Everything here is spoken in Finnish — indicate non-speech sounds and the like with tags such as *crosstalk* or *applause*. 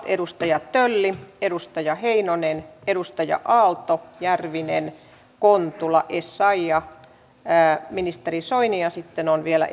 *unintelligible* edustajat tölli heinonen aalto järvinen kontula ja essayah ministeri soini ja sitten vielä *unintelligible*